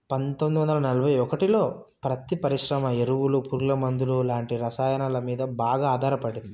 పంతొమ్మిది వందల నలబై ఒకటిలో ప్రత్తి పరిశ్రమ ఎరువులు పురుగుల మందులు లాంటి రసాయనాల మీద బాగా ఆధారపడింది